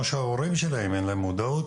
או שלהורים שלהם אין מודעות.